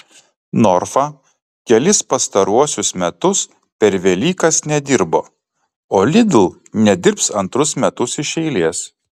norfa kelis pastaruosius metus per velykas nedirbo o lidl nedirbs antrus metus iš eilės